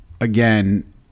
again